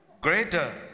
greater